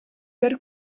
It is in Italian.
per